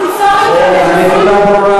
אין לכם אמון בעולם